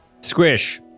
Squish